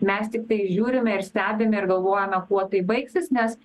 mes tiktai žiūrime ir stebime ir galvojame kuo tai baigsis nes